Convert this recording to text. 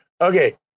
okay